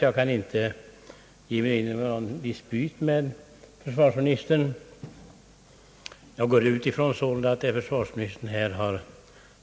Jag kan alltså inte ge mig in i någon dispyt med försvarsministern. Jag utgår sålunda ifrån att vad försvarsministern har